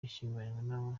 yashyinguranywe